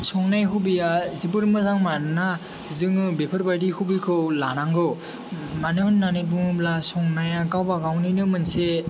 संनाय हबिया जोबोर मोजां मानोना जोङो बेफोरबायदि हबिखौ लानांगौ मानो होन्नानै बुङोब्ला संनाया गावबा गावनिनो मोनसे